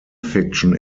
fiction